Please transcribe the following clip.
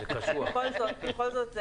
בכל זאת,